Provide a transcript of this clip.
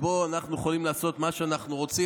אנחנו יכולים לעשות מה שאנחנו רוצים.